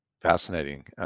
Fascinating